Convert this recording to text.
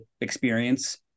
experience